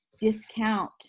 discount